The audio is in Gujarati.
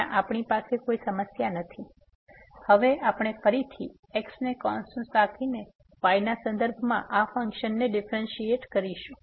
તેથી હવે આપણે ફરીથી x ને કોન્સ્ટન્ટ રાખીને y ના સંદર્ભમાં આ ફંક્શનને ડીફ્રેન્સીએટ કરીશું